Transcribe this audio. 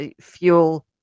fuel